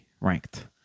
Ranked